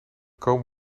komen